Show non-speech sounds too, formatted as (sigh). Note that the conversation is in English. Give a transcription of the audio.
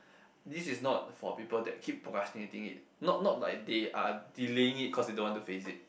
(breath) this is not for people that keep procrastinating it not not like they are delaying it cause they don't want to face it